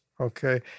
okay